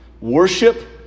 Worship